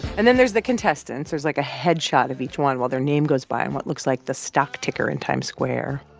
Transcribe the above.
and then there's the contestants. there's, like, a headshot of each one while their name goes by and what looks like the stock ticker in times square.